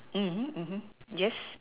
yes